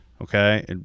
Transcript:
Okay